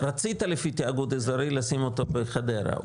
רצית לפי תיאגוד אזורי לשים אותו בחדרה,